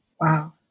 Wow